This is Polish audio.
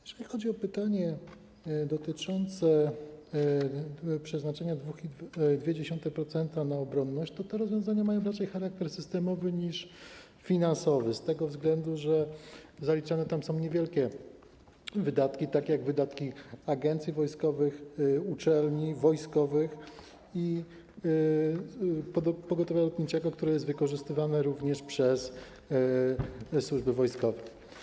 Jeśli chodzi o pytanie dotyczące przeznaczenia 0,2% na obronność, to te rozwiązania mają raczej charakter systemowy niż finansowy z tego względu, że zaliczane są tam niewielkie wydatki, takie jak wydatki agencji wojskowych, uczelni wojskowych i pogotowia lotniczego, które jest wykorzystywane również przez służby wojskowe.